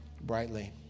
brightly